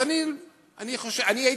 אז אני,